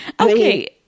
Okay